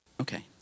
Okay